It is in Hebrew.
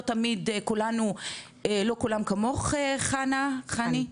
לא כולם כמוך חני,